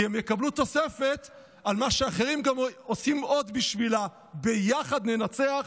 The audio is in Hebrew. כי הם יקבלו תוספת על מה שאחרים עושים גם עוד בשביל הביחד ננצח.